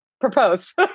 Propose